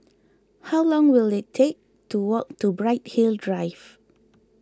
how long will it take to walk to Bright Hill Drive